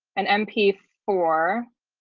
an m p four,